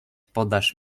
podasz